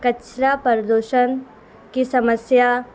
کچرا پردوشن کی سمسیا